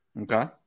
Okay